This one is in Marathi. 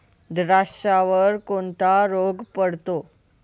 द्राक्षावर कोणता रोग पडतो?